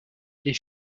les